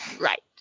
Right